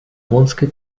боннской